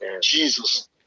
Jesus